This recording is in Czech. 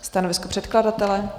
Stanovisko předkladatele?